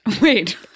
wait